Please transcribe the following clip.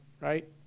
right